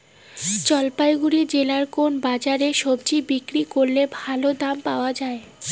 জলপাইগুড়ি জেলায় কোন বাজারে সবজি বিক্রি করলে ভালো দাম পাওয়া যায়?